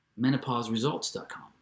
menopauseresults.com